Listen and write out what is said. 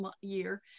year